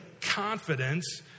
confidence